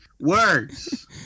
words